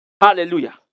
Hallelujah